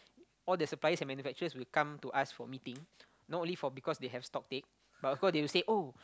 all the suppliers and manufacturers will come to us for meeting not only for because they have stock take but of course they will say oh